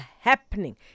happening